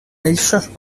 eixos